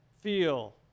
feel